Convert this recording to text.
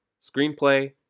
screenplay